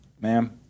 ma'am